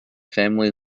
family